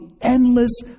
endless